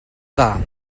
dda